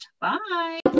Bye